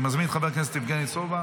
אני מזמין את חבר הכנסת יבגני סובה